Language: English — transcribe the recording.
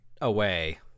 away